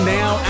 now